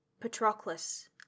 Patroclus